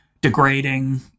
degrading